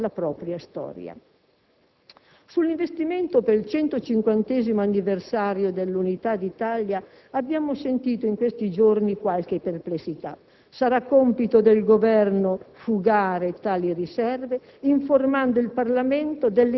È nostra convinzione che una società più forte dal punto di vista della cultura e della conoscenza non solo contribuisce alla costruzione di una comunità più equa e coesa, ma anche ad affermare nuove opportunità di sviluppo e di crescita.